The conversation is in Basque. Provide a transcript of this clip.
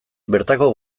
bertako